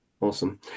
awesome